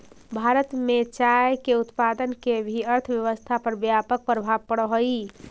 भारत में चाय के उत्पादन के भी अर्थव्यवस्था पर व्यापक प्रभाव पड़ऽ हइ